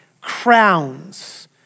crowns